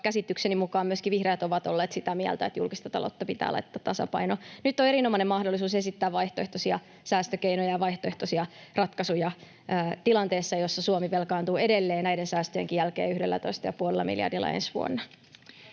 käsitykseni mukaan myöskin vihreät ovat olleet sitä mieltä, että julkista taloutta pitää laittaa tasapainoon. Nyt on erinomainen mahdollisuus esittää vaihtoehtoisia säästökeinoja ja vaihtoehtoisia ratkaisuja tilanteessa, jossa Suomi velkaantuu edelleen näiden säästöjenkin jälkeen 11,5 miljardilla ensi vuonna.